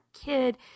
kid